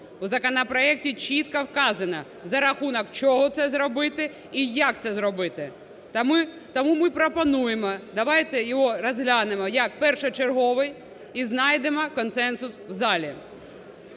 У законопроекті чітко вказано, за рахунок чого це зробити і як це зробити. Тому ми пропонуємо, давайте його розглянемо як першочерговий і знайдемо консенсус в залі.